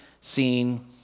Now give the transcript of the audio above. seen